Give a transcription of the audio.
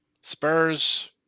Spurs